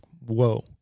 whoa